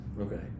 Okay